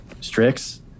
Strix